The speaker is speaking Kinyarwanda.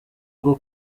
bwo